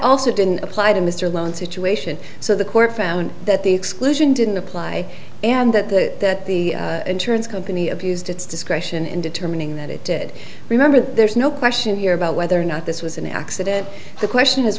also didn't apply to mr lone situation so the court found that the exclusion didn't apply and that the that the insurance company abused its discretion in determining that it did remember that there is no question here about whether or not this was an accident the question is